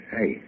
Hey